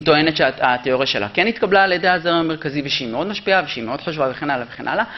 טוענת שהתיאוריה שלה כן התקבלה על ידי הזרם המרכזי, ושהיא מאוד משפיעה, ושהיא מאוד חשובה, וכן הלאה וכן הלאה.